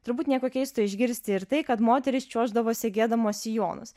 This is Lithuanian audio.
turbūt nieko keisto išgirsti ir tai kad moterys čiuoždavo segėdamos sijonus